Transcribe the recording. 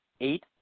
eight